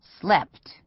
slept